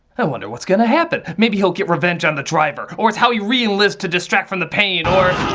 i wonder what's gonna happen? maybe he'll get revenge on the driver. or it's how he reenlists to distract from the pain or